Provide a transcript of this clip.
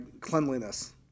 cleanliness